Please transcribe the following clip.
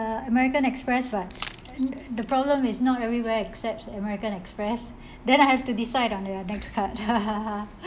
american express but the problem is not everywhere accepts american express then I have to decide on their next card